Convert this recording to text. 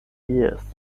years